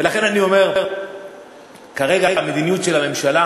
ולכן אני אומר: כרגע המדיניות של הממשלה